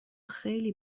خیلی